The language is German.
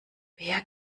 wer